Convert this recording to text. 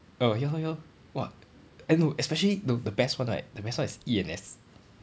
oh ya lor ya lor !wah! eh no especially the the best one right the best one is E_N_S